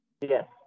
Yes